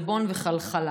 עלבון וחלחלה.